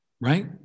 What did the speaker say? right